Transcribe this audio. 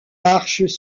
arches